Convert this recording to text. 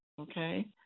okay